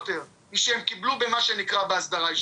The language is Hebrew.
אני רואה פה גם את משרד הבריאות,